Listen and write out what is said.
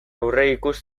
aurreikus